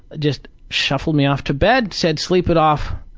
just shuffled me off to bed, said, sleep it off.